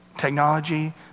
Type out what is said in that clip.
Technology